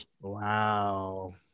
Wow